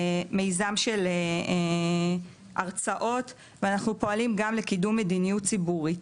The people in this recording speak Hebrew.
מיזם של הרצאות ואנחנו פועלות גם לקידום מדיניות ציבורית.